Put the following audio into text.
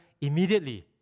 immediately